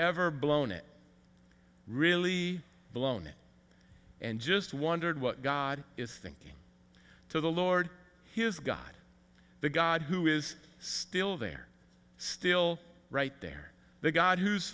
ever blown it really blown it and just wondered what god is thinking to the lord his god the god who is still there still right there the god who's